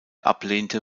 ablehnte